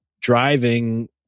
driving